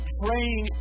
praying